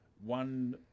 one